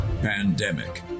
pandemic